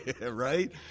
Right